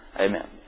Amen